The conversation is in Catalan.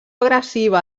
agressiva